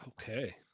Okay